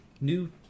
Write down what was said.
new